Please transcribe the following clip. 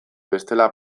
bestela